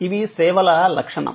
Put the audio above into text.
ఇవి సేవల లక్షణం